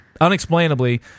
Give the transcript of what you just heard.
unexplainably